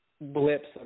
blips